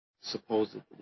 Supposedly